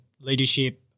leadership